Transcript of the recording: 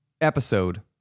episode